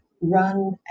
run